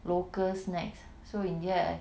local snacks so in the end I